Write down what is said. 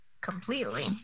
Completely